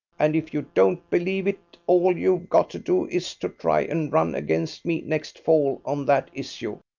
and if you don't believe it all you've got to do is to try and run against me next fall on that issue.